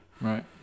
Right